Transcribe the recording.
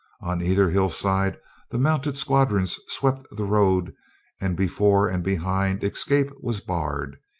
on either hill side the mount ed squadrons swept the road and before and behind escape was barred,